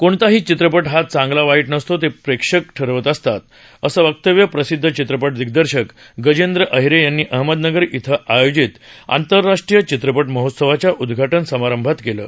कोणताही चित्रपट हा चांगला वाईट नसतो ते प्रेक्षक ठरवत असतात असं वक्तव्य प्रसिदद चित्रपट दिग्दर्शक गजेंद्र अहिरे यांनी अहमदनगर इथं आयोजीत आंतरराष्ट्रीय चित्रपट महोत्सवाच्या उदघाटन समारंभात केलं